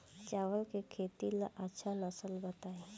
चावल के खेती ला अच्छा नस्ल बताई?